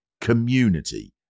community